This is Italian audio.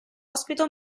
ospita